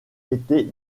étaient